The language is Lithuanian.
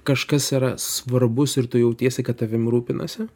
kažkas yra svarbus ir tu jautiesi kad tavim rūpinasi